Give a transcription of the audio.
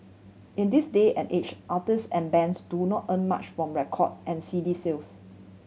in this day and age artist and bands do not earn much from record and C D sales